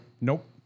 nope